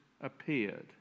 appeared